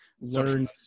learn